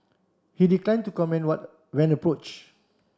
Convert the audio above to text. he declined to comment one when approach